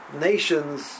nation's